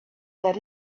that